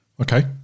Okay